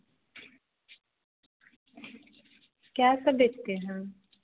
क्या सब बेचते हैं